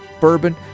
bourbon